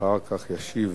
ואחר כך ישיב